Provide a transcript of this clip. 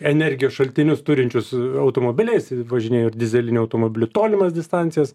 energijos šaltinius turinčius automobiliais važinėja ir dyzelinių automobilių tolimas distancijas